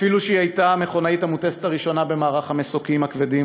אפילו שהיא הייתה המכונאית המוטסת הראשונה במערך המסוקים הכבדים,